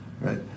Right